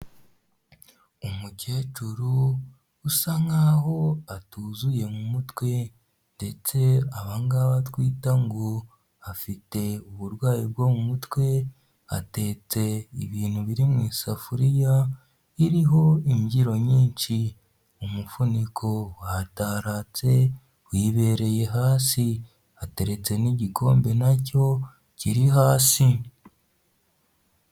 Umukecuru usa nkaho atuzuye mu mutwe, ndetse aba ngaba twita ngo afite uburwayi bwo mu mutwe atetse ibintu biri mu isafuriya iriho imbyiro nyinshi, umufuniko wataratse wibereye hasi, ateretse n'igikombe nacyo kiri hasi.